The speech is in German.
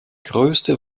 größte